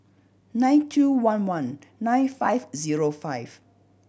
nine two one one nine five zero five